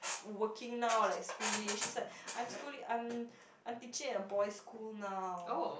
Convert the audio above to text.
working now like schooling she was like I'm schooling I'm I'm teaching at a boys school now